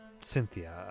Cynthia